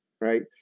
right